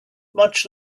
much